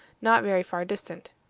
not very far distant.